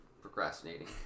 procrastinating